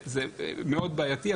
זה מאוד בעייתי.